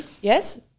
Yes